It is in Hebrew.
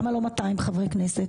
למה לא 200 חברי כנסת?